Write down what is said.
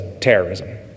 terrorism